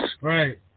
Right